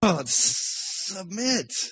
Submit